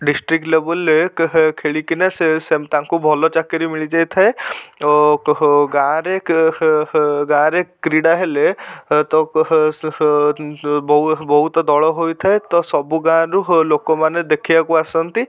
district ଲେବୁଲ୍ରେ ଖେଳିକି ନା ସେ ତାଙ୍କୁ ଭଲ ଚାକିରି ମିଳିଯାଇଥାଏ ଗାଁରେ ଗାଁରେ କ୍ରୀଡ଼ା ହେଲେ ବହୁତ ଦଳ ହୋଇଥାଏ ତ ସବୁ ଗାଁରୁ ଲୋକମାନେ ଦେଖିବାକୁ ଆସନ୍ତି